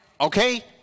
Okay